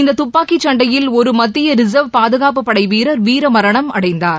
இந்த துப்பாக்கிச் சண்டையில் ஒரு மத்திய ரிசர்வ் பாதுகாப்புப்படை வீரர் வீரமரணம் அடைந்தார்